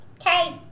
Okay